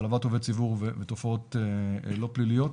העלבת עובד ציבור ותופעות לא פליליות.